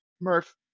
Murph